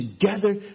together